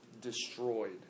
Destroyed